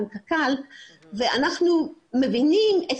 גם קרן קיימת לישראל אנחנו מבינים את